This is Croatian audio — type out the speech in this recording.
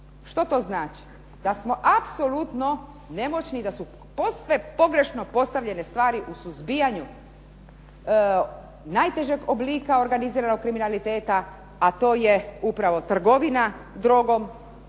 Što to znači? Da smo apsolutno nemoćni i da su posve pogrešno postavljene stvari u suzbijanju najtežeg oblika organiziranog kriminaliteta, a to je upravo trgovina drogom,